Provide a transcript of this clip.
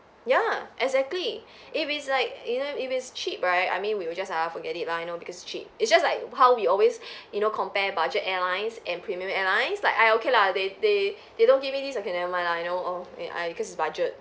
ya exactly if it's like you know if it's cheap right I mean we will just ah forget it lah you know because cheap it's just like how we always you know compare budget airlines and premium airlines like I okay lah they they they don't give me this okay never mind lah you know oh eh I cause it's budget